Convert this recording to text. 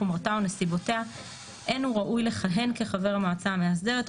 חומרתה או נסיבותיה אין הוא ראוי לכהן כחבר המועצה המאסדרת,